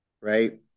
right